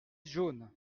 jaunes